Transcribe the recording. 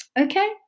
Okay